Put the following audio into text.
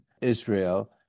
Israel